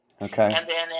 Okay